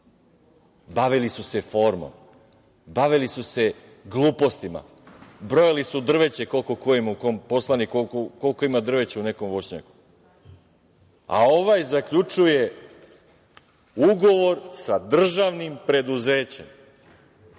Bavili su se formom, bavili su se glupostima, brojali su drveće koliko koji poslanik ima u nekom voćnjaku. Ovaj zaključuje ugovor sa državnim preduzećem,